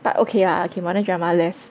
but okay lah okay modern drama less